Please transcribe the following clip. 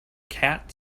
cat